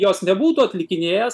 jos nebūtų atlikinėjęs